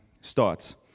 starts